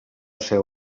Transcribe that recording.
seu